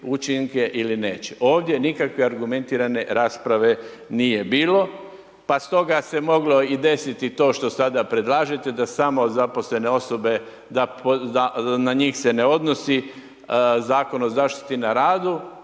učinke ili neće, ovdje nikakve argumentirane rasprave nije bilo pa stoga se moglo i desiti to što sada predlažete da samo zaposlene osobe da na njih se ne odnosi zakon o zaštiti na radu,